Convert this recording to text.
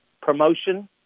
promotion